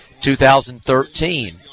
2013